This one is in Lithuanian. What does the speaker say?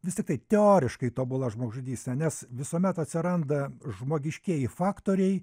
vis tiktai teoriškai tobula žmogžudystė nes visuomet atsiranda žmogiškieji faktoriai